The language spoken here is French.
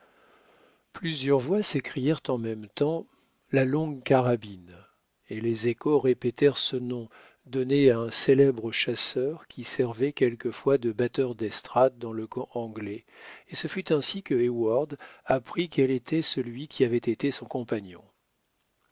plusieurs voix s'écrièrent en même temps la longue carabine et les échos répétèrent ce nom donné à un célèbre chasseur qui servait quelquefois de batteur d'estrade dans le camp anglais et ce fut ainsi que heyward apprit quel était celui qui avait été son compagnon